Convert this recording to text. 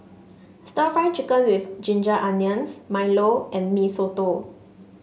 stir Fry Chicken with Ginger Onions Milo and Mee Soto